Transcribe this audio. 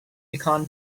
pecan